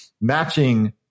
matching